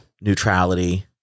neutrality